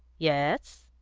yes?